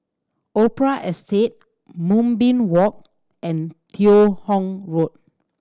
Opera Estate Moonbeam Walk and Teo Hong Road